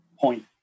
point